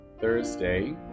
Thursday